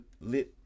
lit